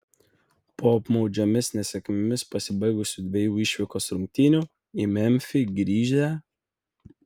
po apmaudžiomis nesėkmėmis pasibaigusių dviejų išvykos rungtynių į memfį grįžę